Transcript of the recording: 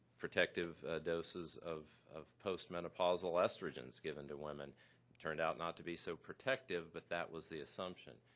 protective doses of of post-menopausal estrogens given to women turned out not to be so protective but that was the assumption.